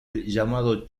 llamado